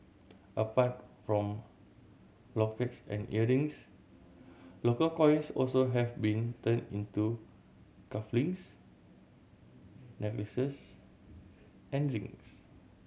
apart from lockets and earrings local coins also have been turned into cuff links necklaces and rings